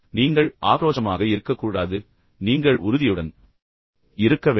நீங்கள் ஆக்ரோஷமாக இருக்கக்கூடாது நீங்கள் உறுதியுடன் இருக்க வேண்டும்